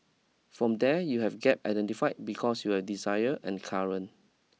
from there you have gap identified because you have desire and current